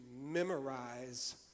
memorize